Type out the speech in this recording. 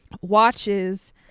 watches